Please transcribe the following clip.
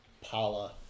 Paula